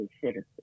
citizens